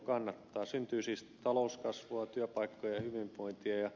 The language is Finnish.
syntyy siis talouskasvua työpaikkoja ja hyvinvointia